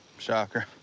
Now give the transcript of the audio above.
shocker.